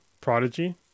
Prodigy